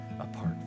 apart